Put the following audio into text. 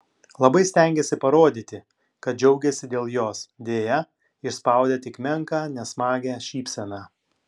labai stengėsi parodyti kad džiaugiasi dėl jos deja išspaudė tik menką nesmagią šypseną